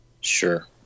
Sure